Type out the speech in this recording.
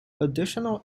additional